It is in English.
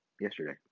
Yesterday